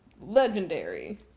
legendary